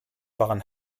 waren